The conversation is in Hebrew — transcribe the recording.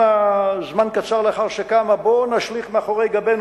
זמן קצר לאחר שקמה קדימה: בואו נשליך מאחורי גבנו